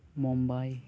Mumbai